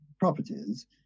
properties